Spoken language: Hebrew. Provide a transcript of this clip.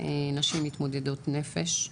נשים מתמודדות נפש,